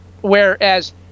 Whereas